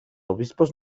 obispos